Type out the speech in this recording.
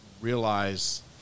realize